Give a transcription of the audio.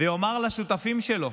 ויאמר לשותפים שלו: